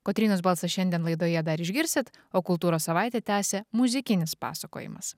kotrynos balsą šiandien laidoje dar išgirsit o kultūros savaitę tęsia muzikinis pasakojimas